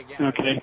Okay